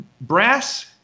brass